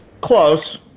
Close